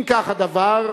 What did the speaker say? אם כך הדבר,